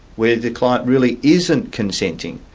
where the client really isn't consenting,